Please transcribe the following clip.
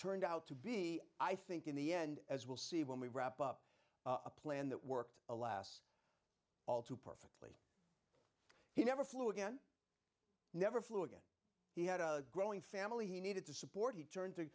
turned out to be i think in the end as we'll see when we wrap up a plan that worked alas all too perfect he never flew again never flew again he had a growing family he needed to support he turned to